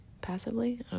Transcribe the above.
passively